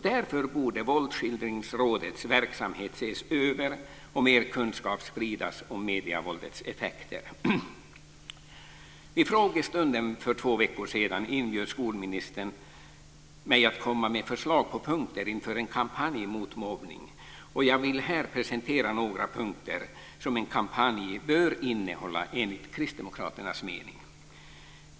Därför borde Våldsskildringsrådets verksamhet ses över och mer kunskap spridas om medievåldets effekter. Vid frågestunden för två veckor sedan inbjöd skolministern mig att komma med förslag på punkter inför en kampanj mot mobbning. Jag vill här presentera några punkter som en kampanj bör innehålla enligt kristdemokraternas mening.